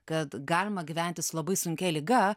kad galima gyventi su labai sunkia liga